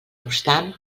obstant